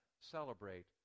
celebrate